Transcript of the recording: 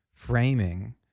framing